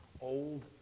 Old